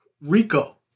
RICO